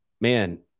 man